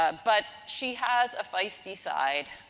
ah but, she has a feisty side.